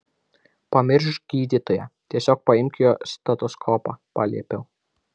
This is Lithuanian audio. pamiršk gydytoją tiesiog paimk jo stetoskopą paliepiau